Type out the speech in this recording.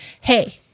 Hey